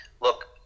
look